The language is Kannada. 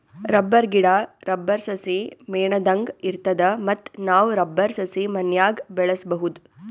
ರಬ್ಬರ್ ಗಿಡಾ, ರಬ್ಬರ್ ಸಸಿ ಮೇಣದಂಗ್ ಇರ್ತದ ಮತ್ತ್ ನಾವ್ ರಬ್ಬರ್ ಸಸಿ ಮನ್ಯಾಗ್ ಬೆಳ್ಸಬಹುದ್